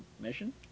mission